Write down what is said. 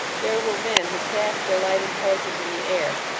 there were men who cast their lighted torches in the air,